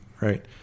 Right